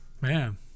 man